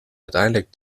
uiteindelijk